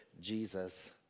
Jesus